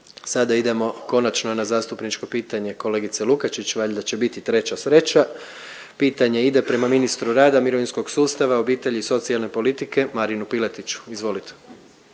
Sada idemo konačno na zastupničko pitanje kolegice Lukačić, valjda će biti treća sreća. Pitanje prema ministru rada, mirovinskog sustava, obitelji i socijalne politike Marinu Piletiću, izvolite.